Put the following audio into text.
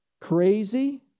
crazy